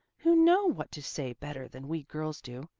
who know what to say better than we girls do.